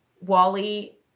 Wally